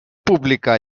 publicà